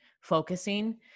focusing